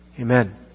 Amen